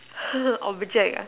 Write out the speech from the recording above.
object ah